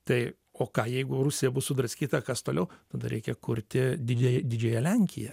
tai o ką jeigu rusija bus sudraskyta kas toliau tada reikia kurti didią didžiąją lenkiją